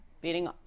beating